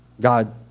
God